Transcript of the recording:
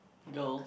girls